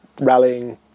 rallying